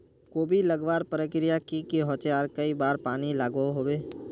कोबी लगवार प्रक्रिया की की होचे आर कई बार पानी लागोहो होबे?